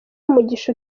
umugisha